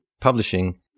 publishing